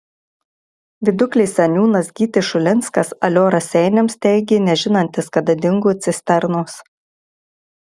viduklės seniūnas gytis šulinskas alio raseiniams teigė nežinantis kada dingo cisternos